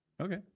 Okay